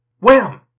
Wham